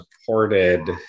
supported